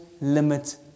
limit